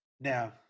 Now